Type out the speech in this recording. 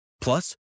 Plus